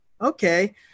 Okay